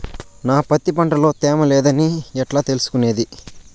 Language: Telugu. నా పత్తి పంట లో తేమ లేదని ఎట్లా తెలుసుకునేది?